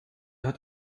hat